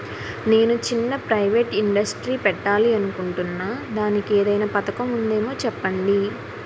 నేను చిన్న private industry పెట్టాలి అనుకుంటున్నా దానికి ఏదైనా పథకం ఉందేమో చెప్పండి?